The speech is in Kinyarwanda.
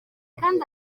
kandi